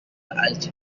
alchemist